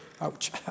Ouch